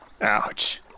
Ouch